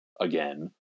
again